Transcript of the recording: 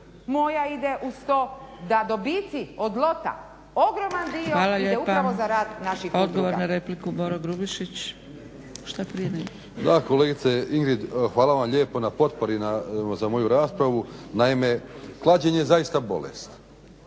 moja ide uz to da dobici od loga ogroman dio ide upravo za rad naših udruga. **Zgrebec, Dragica (SDP)** Hvala lijepo. Odgovor na repliku Boro Grubišić. **Grubišić, Boro (HDSSB)** Da kolegice Ingrid hvala vam lijepo na potpori za moju raspravu. Naime, klađenje je zaista bolest